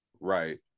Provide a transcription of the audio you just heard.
right